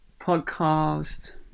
Podcast